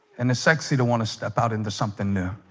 and it's sexy to want to step out into something new